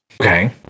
Okay